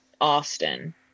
Austin